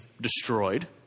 destroyed